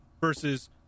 Versus